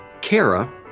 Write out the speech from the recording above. Kara